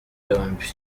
yombi